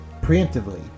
preemptively